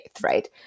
right